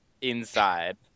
inside